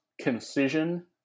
concision